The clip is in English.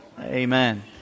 Amen